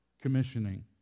commissioning